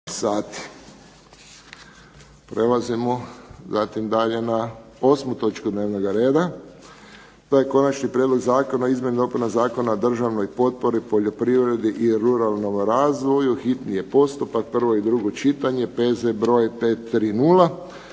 Prelazimo zatim dalje na 8. točku dnevnoga reda, to je - Konačni prijedlog Zakona o izmjenama i dopunama Zakona o državnoj potpori poljoprivredi i ruralnom razvoju, hitni postupak, prvo i drugo čitanje, P.Z.br. 530